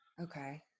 okay